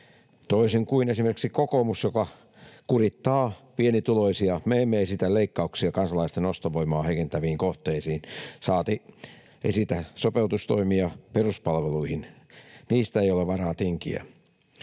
toisin kuin esimerkiksi kokoomus, joka kurittaa pienituloisia. Me emme esitä leikkauksia kansalaisten ostovoimaa heikentäviin kohteisiin, saati esitä sopeutustoimia peruspalveluihin. Niistä ei ole varaa tinkiä.